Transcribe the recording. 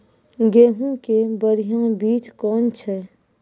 गेहूँ के बढ़िया बीज कौन छ?